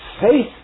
faith